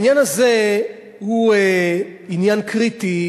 העניין הזה הוא עניין קריטי,